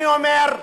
אני אומר,